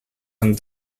and